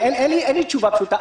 אין לי תשובה פשוטה.